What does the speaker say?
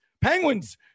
Penguins